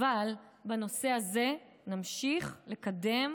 בנושא הזה, נמשיך לקדם